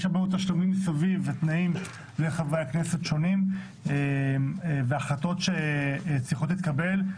יש הרבה מאוד תשלומים ותנאים שונים לחברי הכנסת והחלטות שיש לקבל.